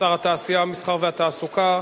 שר התעשייה, המסחר והתעסוקה.